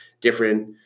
different